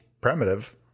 primitive